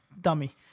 dummy